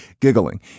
giggling